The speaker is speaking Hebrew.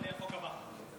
אני בחוק הבא.